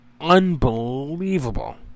unbelievable